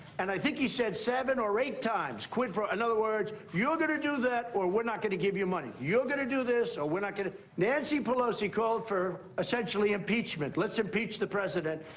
and i think he said seven or eight times quid pro quo. in other words, you're gonna do that or we're not gonna give you money. you're gonna do this, or we're not gonna nancy pelosi called for essentially impeachment. let's impeach the president.